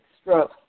stroke